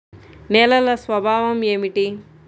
నేలల స్వభావం ఏమిటీ?